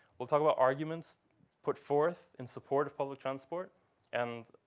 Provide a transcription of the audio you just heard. we'll talk about arguments put forth in support of public transport and,